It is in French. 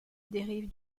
dérive